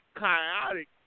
chaotic